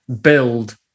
build